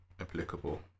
applicable